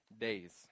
days